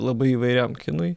labai įvairiam kinui